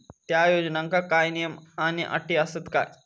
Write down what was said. त्या योजनांका काय नियम आणि अटी आसत काय?